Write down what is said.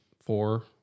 four